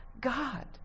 God